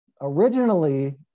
Originally